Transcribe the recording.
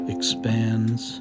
Expands